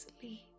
sleep